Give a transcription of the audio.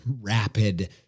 rapid